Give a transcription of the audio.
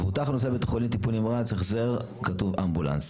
מבוטח הנוסע לבית חולים בטיפול נמרץ בהחזר כתוב אמבולנס,